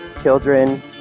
children